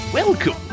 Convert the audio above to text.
Welcome